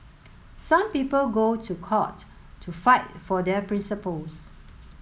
some people go to court to fight for their principles